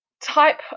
type